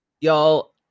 y'all